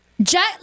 Jet